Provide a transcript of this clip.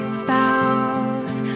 spouse